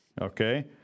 okay